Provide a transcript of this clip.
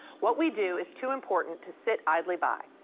what we do is too important to sit idly by.